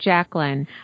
Jacqueline